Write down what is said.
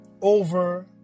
over